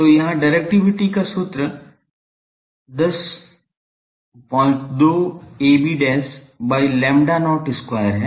तो यहाँ डिरेक्टिविटी का सूत्र 102 ab by lambda not square है